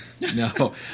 No